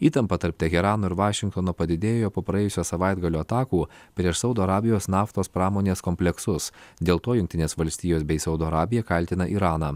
įtampa tarp teherano ir vašingtono padidėjo po praėjusio savaitgalio atakų prieš saudo arabijos naftos pramonės kompleksus dėl to jungtinės valstijos bei saudo arabija kaltina iraną